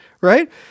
right